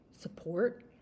support